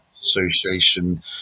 Association